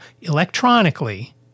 electronically